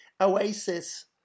Oasis